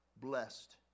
blessed